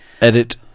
Edit